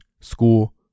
school